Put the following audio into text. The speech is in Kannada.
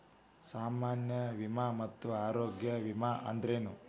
ಸಾಮಾನ್ಯ ವಿಮಾ ಮತ್ತ ಆರೋಗ್ಯ ವಿಮಾ ಅಂದ್ರೇನು?